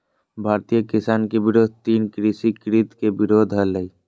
भारतीय किसान के विरोध तीन कृषि कृत्य के विरोध हलय